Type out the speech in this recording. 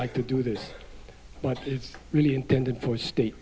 like to do this but it's really intended for state